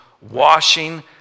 washing